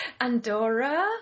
Andorra